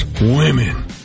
women